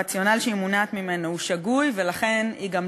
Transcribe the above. הרציונל שהיא מונעת ממנו הוא שגוי,